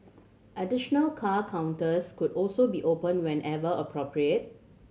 additional car counters could also be opened whenever appropriate